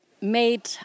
made